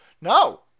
No